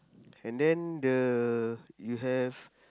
and then the you have